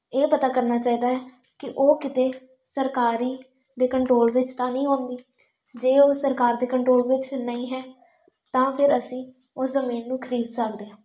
ਇਹ ਪਤਾ ਕਰਨਾ ਚਾਹੀਦਾ ਹੈ ਕਿ ਉਹ ਕਿਤੇ ਸਰਕਾਰੀ ਦੇ ਕੰਟਰੋਲ ਵਿੱਚ ਤਾਂ ਨਹੀਂ ਆਉਂਦੀ ਜੇ ਉਹ ਸਰਕਾਰ ਦੇ ਕੰਟਰੋਲ ਵਿੱਚ ਨਹੀਂ ਹੈ ਤਾਂ ਫਿਰ ਅਸੀਂ ਉਹ ਜ਼ਮੀਨ ਨੂੰ ਖਰੀਦ ਸਕਦੇ ਹਾਂ